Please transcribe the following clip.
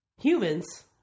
humans